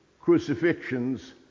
crucifixions